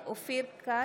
(קוראת בשמות חברי הכנסת) אופיר כץ,